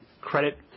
credit